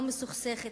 לא מסוכסכת,